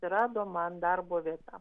atsirado man darbo vieta